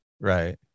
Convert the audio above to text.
Right